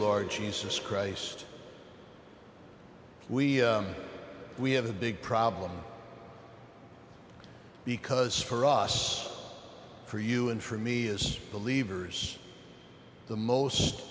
large jesus christ we we have a big problem because for us for you and for me is believers the most